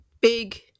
big